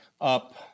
up